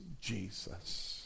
Jesus